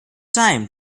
time